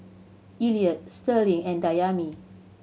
Elliot Sterling and Dayami